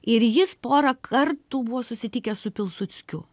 ir jis porą kartų buvo susitikęs su pilsudskiu